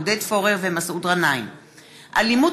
עודד פורר ומסעוד גנאים בנושא: